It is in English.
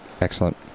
excellent